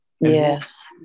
Yes